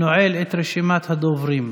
נועל את רשימת הדוברים.